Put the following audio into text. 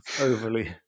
overly